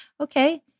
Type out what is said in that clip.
okay